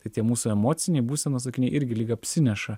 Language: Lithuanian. tai tie mūsų emociniai būsenos akiniai irgi lyg apsineša